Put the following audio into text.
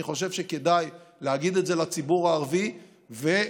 אני חושב שכדאי להגיד את זה לציבור הערבי ולהגיד